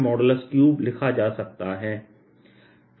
3लिखा जा सकता है